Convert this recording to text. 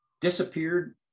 disappeared